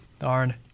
Darn